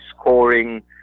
scoring